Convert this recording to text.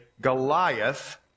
Goliath